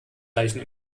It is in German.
leichen